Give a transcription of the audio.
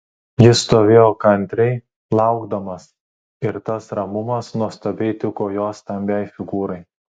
jis stovėjo kantriai laukdamas ir tas ramumas nuostabiai tiko jo stambiai figūrai